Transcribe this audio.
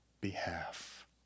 behalf